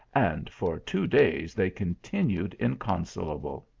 and for two days they continued inconsolable.